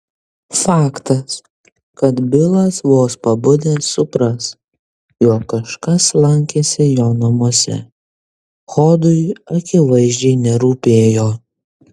faktas kad bilas vos pabudęs supras jog kažkas lankėsi jo namuose hodui akivaizdžiai nerūpėjo